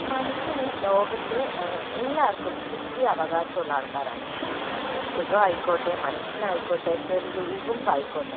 മനുഷ്യന് ലോകത്ത് എല്ലാവർക്കും തുല്യ അവകാശമുള്ള ആൾക്കാരാണ് മൃഗമായിക്കോട്ടെ മനുഷ്യനായിക്കോട്ടെ ചെറിയ ഉറുമ്പ് ആയിക്കോട്ടെ